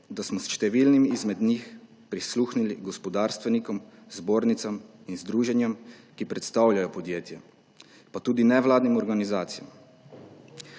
da smo s številnimi izmed njih prisluhnili gospodarstvenikom, zbornicam in združenjem, ki predstavljajo podjetja, pa tudi nevladnim organizacijam.